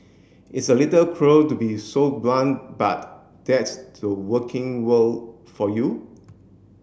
it's a little cruel to be so blunt but that's the working world for you